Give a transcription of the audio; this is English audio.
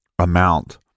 amount